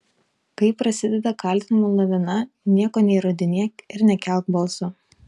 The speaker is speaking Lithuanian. kai prasideda kaltinimų lavina nieko neįrodinėk ir nekelk balso